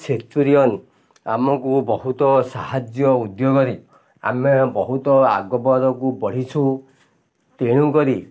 Centurion ଆମକୁ ବହୁତ ସାହାଯ୍ୟ ଉଦ୍ୟୋଗ ରେ ଆମେ ବହୁତ ଆଗବରକୁ ବଢ଼ିଛୁ ତେଣୁକରି